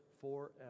forever